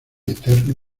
eterno